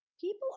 people